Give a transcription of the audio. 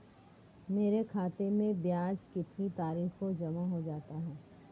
मेरे खाते में ब्याज कितनी तारीख को जमा हो जाता है?